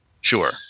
sure